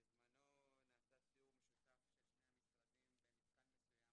בזמנו נעשה סיור משותף של שני המשרדים במתקן מסוים.